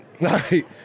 right